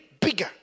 bigger